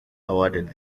awarded